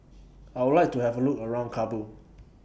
I Would like to Have A Look around Kabul